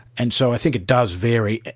and so i think it does vary.